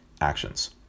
actions